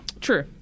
True